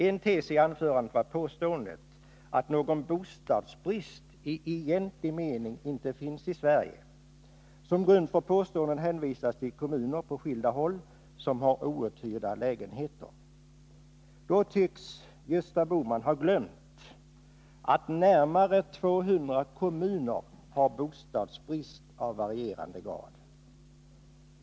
En tes i anförandet var påståendet, att någon bostadsbrist i egentlig mening inte finns i Sverige. Som grund för påståendet hänvisas till kommuner på skilda håll som har outhyrda lägenheter. Då tycks Gösta Bohman ha glömt att närmare 200 kommuner har bostadsbrist i varierande grad.